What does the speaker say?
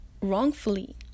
wrongfully